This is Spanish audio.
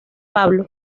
pablo